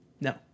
No